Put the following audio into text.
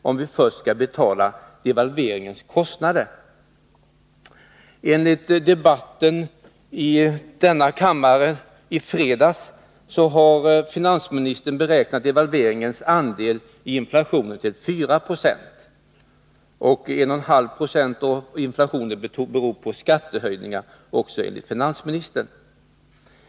Enligt vad som framkom i debatten i fredags i denna kammare har finansministern beräknat devalveringens andel av inflationen till 4 96: 1,5 90 av inflationen torde bero på skattehöjningar — också det enligt finansministern.